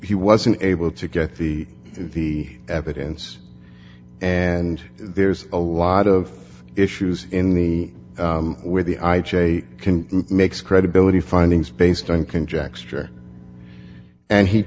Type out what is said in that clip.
he wasn't able to get the the evidence and there's a lot of issues in the where the i'd say can makes credibility findings based on conjecture and he